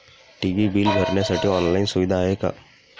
TV bill भरण्यासाठी online सुविधा आहे का?